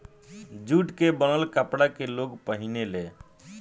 jute के बनल कपड़ा के लोग पहिने ले